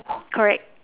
correct